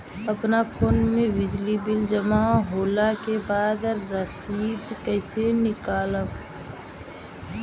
अपना फोन मे बिजली बिल जमा होला के बाद रसीद कैसे निकालम?